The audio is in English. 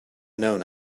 known